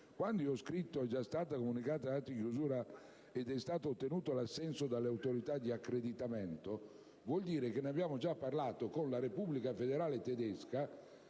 Quando ho scritto che è già stato comunicato "l'atto di chiusura ed è stato ottenuto l'assenso dalle autorità di accreditamento", significa che di questo si è già parlato con la Repubblica federale tedesca,